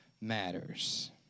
matters